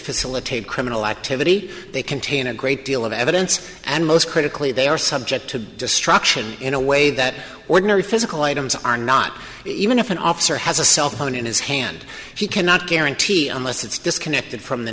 facilitate criminal activity they contain a great deal of evidence and most critically they are subject to destruction in a way that ordinary physical items are not even if an officer has a cell phone in his hand he cannot guarantee unless it's disconnected from the